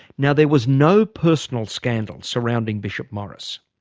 now there was no personal scandal surrounding bishop morris.